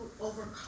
overcome